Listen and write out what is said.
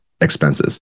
expenses